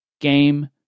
game